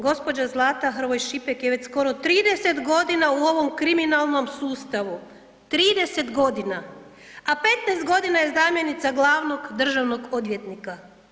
Gospođa Zlata Hrvoj Šipek je već skoro 30 godina u ovom kriminalnom sustavu, 30 godina, a 15 godina je zamjenica glavnog državnog odvjetnika.